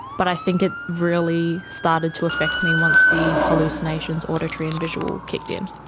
but i think it really started to affect me once the hallucinations, auditory and visual, kicked in.